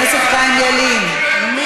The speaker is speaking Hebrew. חבר הכנסת חיים ילין, שמענו את דעתך.